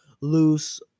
loose